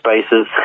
spaces